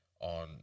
on